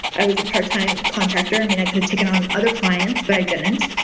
i was a part-time contractor. i mean, i could have taken on other clients, but i didn't.